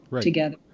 together